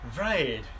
Right